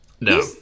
no